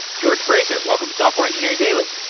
george fraser, welcome to software engineering daily.